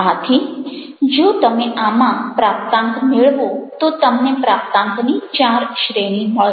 આથી જો તમે આમાં પ્રાપ્તાંક મેળવો તો તમને પ્રાપ્તાંકની 4 શ્રેણી મળશે